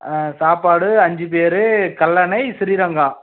சாப்பாடு அஞ்சு பேர் கல்லணை ஸ்ரீரங்கம்